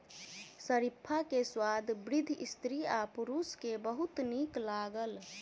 शरीफा के स्वाद वृद्ध स्त्री आ पुरुष के बहुत नीक लागल